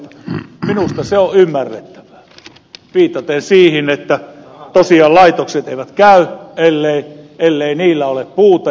minusta se on ymmärrettävää viitaten siihen että tosiaan laitokset eivät käy ellei niillä ole puuta